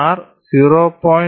R 0